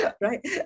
right